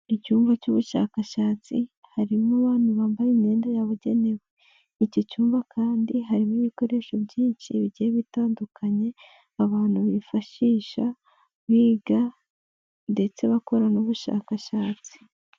Icyumba cy'ubushakashatsi harimo abantu bambaye imyenda yabugenewe, icyo cyumba kandi harimo ibikoresho byinshi bigiye bitandukanye abantu bifashisha biga ndetse bakora n'ubushakashatsi.